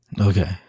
Okay